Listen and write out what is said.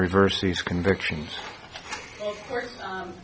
reverse these convictions